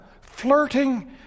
flirting